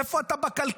איפה אתה בכלכלה?